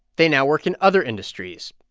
they now work in other industries.